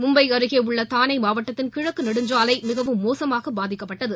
மும்பை அருகே உள்ள தானே மாவட்டத்திள் கிழக்கு நெடுஞ்சாலை மிகவும் மோசமாக பாதிக்கப்பட்டது